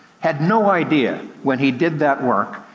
had no idea when he did that work,